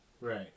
right